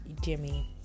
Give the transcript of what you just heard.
Jimmy